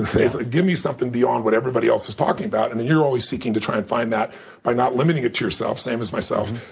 and give me something beyond what everybody else is talking about, and always seeking to try and find that by not limiting it to yourself, same as myself.